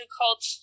called